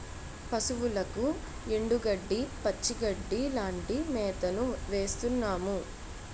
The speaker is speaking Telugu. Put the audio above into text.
పశువులకు ఎండుగడ్డి, పచ్చిగడ్డీ లాంటి మేతను వేస్తున్నాము